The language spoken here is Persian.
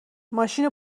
ماشینو